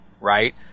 right